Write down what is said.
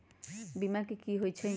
बीमा कि होई छई?